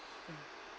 mm